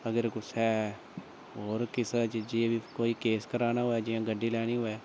अगर कुसै होर किसै चीजा दा केस कराना होए जां जि'यां गड्डी लैनी होए